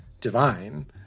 divine